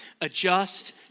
adjust